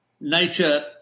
nature